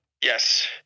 Yes